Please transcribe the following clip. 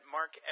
Mark